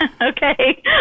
Okay